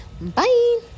Bye